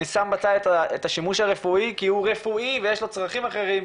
אני שם בצד את השימוש הרפואי כי הוא רפואי ויש לו צרכים אחרים,